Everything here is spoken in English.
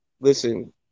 Listen